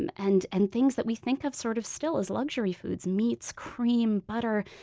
and and and things that we think of sort of still as luxury foods meats, cream, butter,